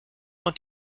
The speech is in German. rund